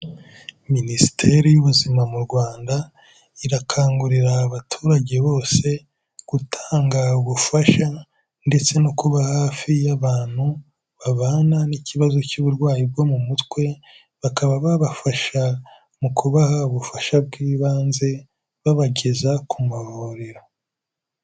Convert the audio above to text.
Minisiteri y'Ubuzima mu Rwanda irakangurira abaturage bose gutanga ubufasha ndetse no kuba hafi y'abantu babana n'ikibazo cy'uburwayi bwo mu mutwe, bakaba babafasha mu kubaha ubufasha bw'ibanze babageza ku mavuriro.